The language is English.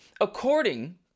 According